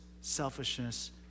selfishness